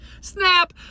snap